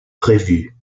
prévue